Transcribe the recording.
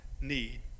need